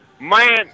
Man